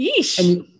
yeesh